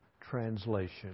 Translation